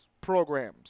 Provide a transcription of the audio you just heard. programs